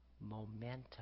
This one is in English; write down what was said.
momentum